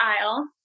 aisle